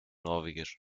norwegisch